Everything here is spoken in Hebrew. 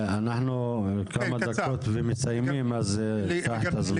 כמה דקות ומסיימים, אז קח את הזמן.